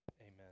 Amen